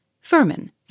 Furman